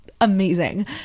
amazing